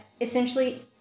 essentially